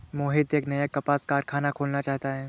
मोहित एक नया कपास कारख़ाना खोलना चाहता है